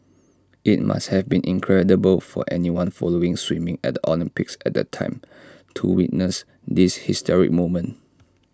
IT must have been incredible for anyone following swimming at the Olympics at the time to witness this historic moment